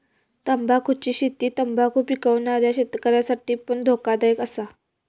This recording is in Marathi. तंबाखुची शेती तंबाखु पिकवणाऱ्या शेतकऱ्यांसाठी पण धोकादायक असा